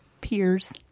peers